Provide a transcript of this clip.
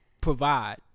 provide